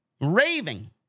raving